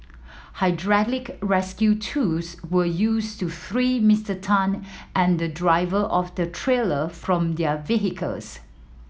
hydraulic rescue tools were used to free Mister Tan and the driver of the trailer from their vehicles